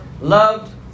loved